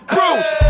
Bruce